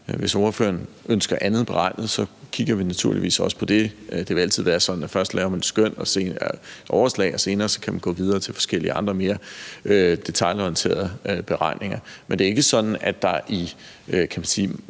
hvis ordføreren ønsker andet beregnet, så kigger vi naturligvis også på det. Det vil altid været sådan, at man først laver et skøn, et overslag, og senere kan man gå videre til forskellige andre mere detailorienterede beregninger. Men det er ikke sådan, kan man